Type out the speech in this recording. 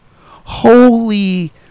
Holy